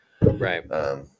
Right